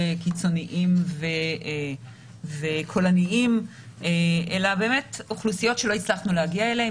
קיצוניים וקולניים אלא באמת אוכלוסיות שלא הצלחנו להגיע אליהן.